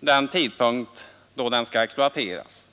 den tidpunkt då den skall exploateras.